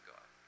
God